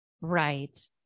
Right